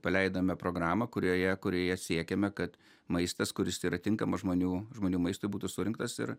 paleidome programą kurioje kurioje siekiame kad maistas kuris yra tinkamas žmonių žmonių maistui būtų surinktas ir